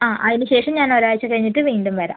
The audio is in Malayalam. ആ അതിന് ശേഷം ഞാൻ ഒരാഴ്ച കഴിഞ്ഞിട്ട് വീണ്ടും വരാം